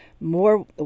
More